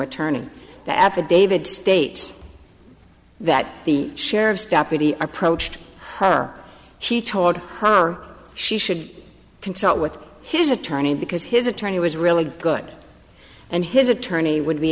affidavit states that the sheriff's deputy approached her she told her she should consult with his attorney because his attorney was really good and his attorney would be